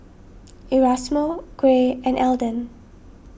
Erasmo Gray and Elden